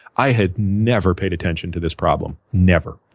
i had never paid attention to this problem never.